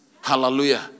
Hallelujah